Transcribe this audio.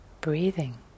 Breathing